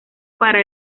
para